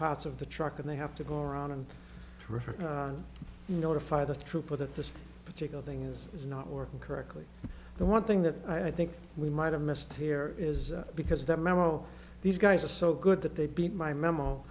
parts of the truck and they have to go around and through from you notify the trooper that this particular thing is is not working correctly the one thing that i think we might have missed here is because that memo these guys are so good that they beat my memo